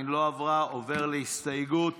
ההסתייגות